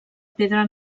pedra